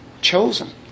chosen